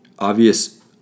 Obvious